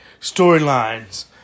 Storylines